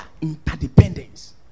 interdependence